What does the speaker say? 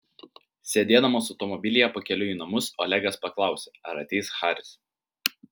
sėdėdamas automobilyje pakeliui į namus olegas paklausė ar ateis haris